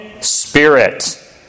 spirit